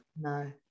No